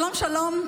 שלום שלום.